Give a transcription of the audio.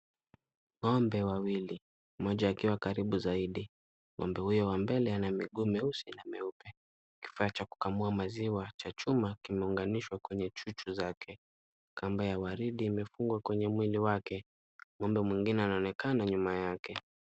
Ng'ombe wawili, mmoja akiwa karibu zaidi. Ng'ombe huyo wa mbele ana miguu meusi na meupe. Kifaa cha kukamua maziwa cha chuma kimeunganushwa kwenye chuchu zake. Kamba ya waridi imefungwa kwenye mwili wake. Ng'ombe mwingine anaonekana nyuma yake.